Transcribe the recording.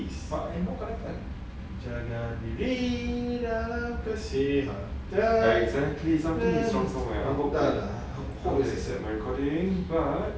but I know tak dapat exactly something is wrong somewhere I hope they accept my recording but